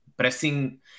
Pressing